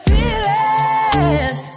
Feelings